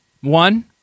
one